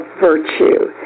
virtue